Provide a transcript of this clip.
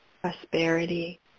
prosperity